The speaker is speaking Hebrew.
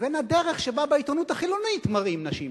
לבין הדרך שבה בעיתונות החילונית מראים נשים,